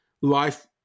life